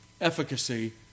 efficacy